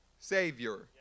Savior